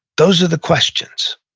those are the questions.